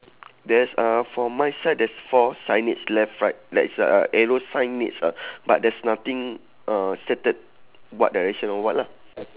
there's uh for my side there's four signage left right like is uh arrow signage uh but there's nothing uh stated what direction or what lah